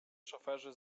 szoferzy